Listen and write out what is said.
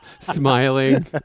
smiling